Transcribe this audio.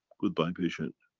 goodbye patient.